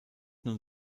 nun